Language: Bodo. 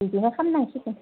बिदिनो खालामनांसिगोन